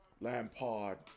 Lampard